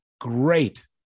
great